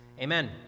Amen